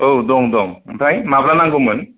औ दं दं ओमफ्राय माब्ला नांगौमोन